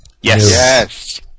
Yes